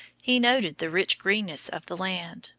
he noted the rich greenness of the land,